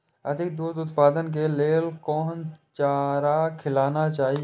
अधिक दूध उत्पादन के लेल कोन चारा खिलाना चाही?